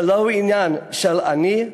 זה לא עניין של אני,